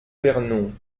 vernon